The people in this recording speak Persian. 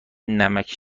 نمکـ